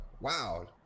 Wow